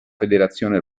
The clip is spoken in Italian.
federazione